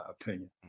opinion